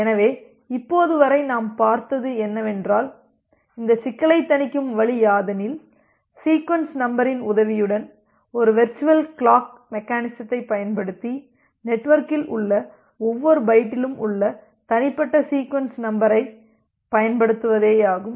எனவே இப்போது வரை நாம் பார்த்தது என்னவென்றால் இந்த சிக்கலைத் தணிக்கும் வழியாதெனில் சீக்வென்ஸ் நம்பரின் உதவியுடன் ஒரு வெர்ச்சுவல் கிளாக் மெக்கெனிசத்தை பயன்படுத்தி நெட்வொர்க்கில் உள்ள ஒவ்வொரு பைட்டிலும் உள்ள தனிப்பட்ட சீக்வென்ஸ் நம்பரை பயன்படுத்துவதேயாகும்